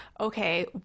okay